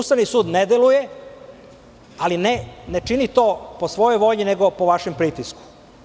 Ustavni sud ne deluje, ali ne čini to po svojoj volji, nego po vašem pritisku.